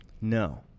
No